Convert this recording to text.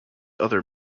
other